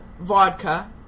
vodka